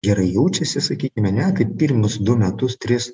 gerai jaučiasi sakykim ane tai pirmus du metus tris